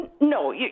no